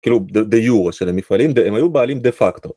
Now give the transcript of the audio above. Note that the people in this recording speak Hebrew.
‫כאילו, דה יורה של המפעלים, ‫הם היו בעלים דה-פקטו.